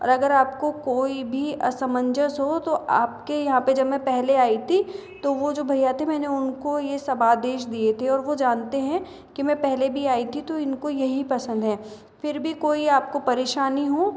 और आपको कोई भी असमंजस हो तो आपके यहाँ जब मैं पहले आई थी तो वह जो भईया थे मैंने उनको यह सब आदेश दिए थे और वह जानते हैं कि मैं पहले भी आई थी तो उनको यही पसंद है फिर भी कोई आपको परेशानी हो